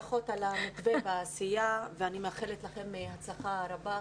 ברכות על המתווה ועל העשייה ואני מאחלת לכם הצלחה רבה,